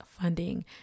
funding